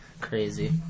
Crazy